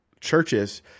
churches